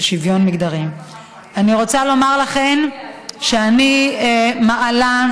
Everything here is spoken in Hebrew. אני רוצה לומר לכם שאני מעלה,